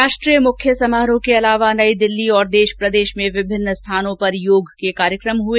राष्ट्रीय मुख्य समारोह के अलावा नई दिल्ली और देश प्रदेश में विभिन्न स्थानों पर योग के कार्यक्रम हुए